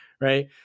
right